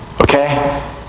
Okay